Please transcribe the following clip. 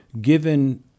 given